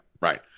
Right